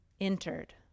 entered